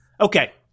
Okay